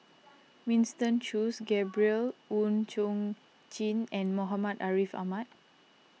Winston Choos Gabriel Oon Chong Jin and Muhammad Ariff Ahmad